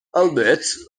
albeit